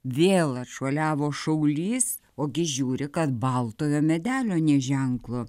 vėl atšuoliavo šaulys ogi žiūri kad baltojo medelio nė ženklo